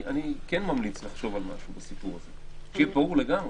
אני כן ממליץ לחשוב על משהו בסיפור הזה שיהיה ברור לגמרי.